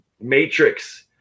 matrix